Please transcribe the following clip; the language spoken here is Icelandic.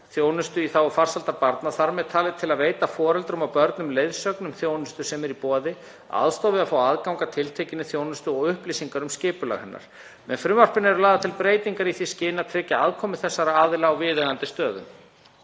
þjónustu í þágu farsældar barna, þ.m.t. til að veita foreldrum og börnum leiðsögn um þjónustu sem er í boði, aðstoð við að fá aðgang að tiltekinni þjónustu og upplýsingar um skipulag hennar. Með frumvarpinu eru lagðar til breytingar í því skyni að tryggja aðkomu þessara aðila á viðeigandi stöðum.